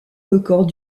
records